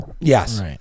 Yes